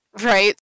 right